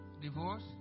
Divorce